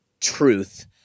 truth